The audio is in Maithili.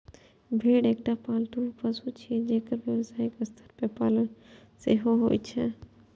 भेड़ एकटा पालतू पशु छियै, जेकर व्यावसायिक स्तर पर पालन सेहो होइ छै